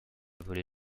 volé